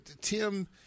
Tim